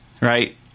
right